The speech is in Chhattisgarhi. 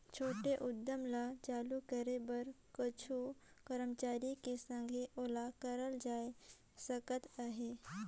छोटे उद्यम ल चालू करे बर कुछु करमचारी के संघे ओला करल जाए सकत अहे